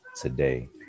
today